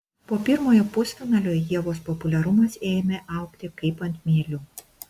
po pirmojo pusfinalio ievos populiarumas ėmė augti kaip ant mielių